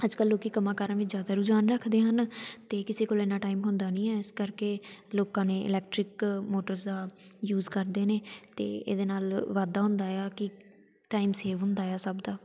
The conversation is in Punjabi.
ਅੱਜ ਕੱਲ੍ਹ ਲੋਕ ਕੰਮਾਂ ਕਾਰਾਂ ਵਿੱਚ ਜ਼ਿਆਦਾ ਰੁਝਾਨ ਰੱਖਦੇ ਹਨ ਅਤੇ ਕਿਸੇ ਕੋਲ ਇੰਨਾਂ ਟਾਈਮ ਹੁੰਦਾ ਨਹੀਂ ਹੈ ਇਸ ਕਰਕੇ ਲੋਕਾਂ ਨੇ ਇਲੈਕਟ੍ਰਿਕ ਮੋਟਰਸ ਦਾ ਯੂਜ ਕਰਦੇ ਨੇ ਅਤੇ ਇਹਦੇ ਨਾਲ਼ ਵਾਧਾ ਹੁੰਦਾ ਆ ਕਿ ਟਾਈਮ ਸੇਵ ਹੁੰਦਾ ਆ ਸਭ ਦਾ